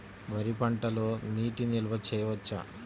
వరి పంటలో నీటి నిల్వ చేయవచ్చా?